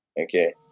Okay